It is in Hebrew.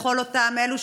לכל אותם אלה,